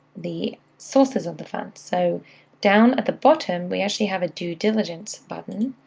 the sources of the fund. so down at the bottom, we actually have a due diligence button,